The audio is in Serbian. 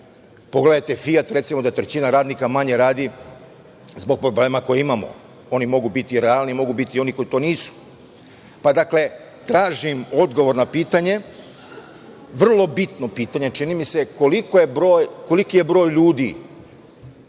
Pogledajte „Fijat“ recimo, da trećina radnika manje radi zbog problema koje imamo. Oni mogu biti realni, mogu biti oni koji to nisu. Dakle, tražim odgovor na pitanje, vrlo bitno pitanje čini mi se, koliki je broj ljudi